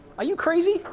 are you crazy?